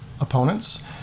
opponents